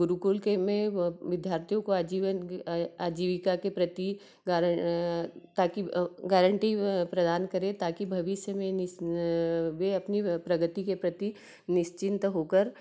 गुरुकुल के में विद्यार्थियों का जीवन आजीविका के प्रति ताकि गारंटी प्रदान करें ताकि भविष्य में वे अपनी प्रगति के प्रति निश्चिन्त होकर